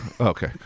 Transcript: Okay